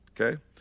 Okay